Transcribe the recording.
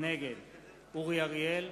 נגד אורי אריאל,